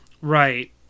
Right